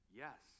yes